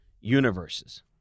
universes